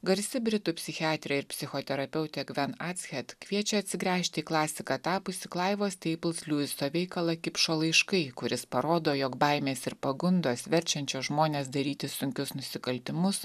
garsi britų psichiatrė ir psichoterapeutė gven atschet kviečia atsigręžti į klasika tapusį klaivo steipuls liujiso veikalą kipšo laiškai kuris parodo jog baimės ir pagundos verčiančios žmones daryti sunkius nusikaltimus